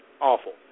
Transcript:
awful